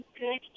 good